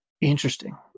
Interesting